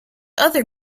other